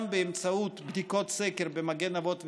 באמצעות בדיקות סקר ב"מגן אבות ואימהות",